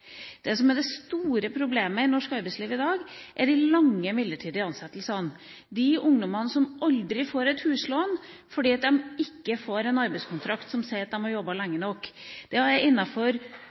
Det som er det store problemet i norsk arbeidsliv i dag, er de lange midlertidige ansettelsene og ungdommer som aldri får et huslån fordi de ikke får en arbeidskontrakt som sier at de har jobbet lenge nok.